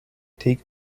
take